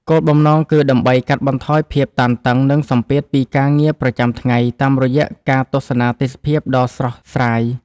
គោលបំណងគឺដើម្បីកាត់បន្ថយភាពតានតឹង និងសម្ពាធពីការងារប្រចាំថ្ងៃតាមរយៈការទស្សនាទេសភាពដ៏ស្រស់ស្រាយ។